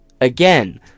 Again